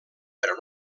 però